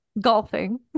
Golfing